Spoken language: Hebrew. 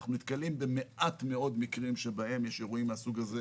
אנחנו נתקלים במעט מאוד מקרים שבהם יש אירועים מהסוג הזה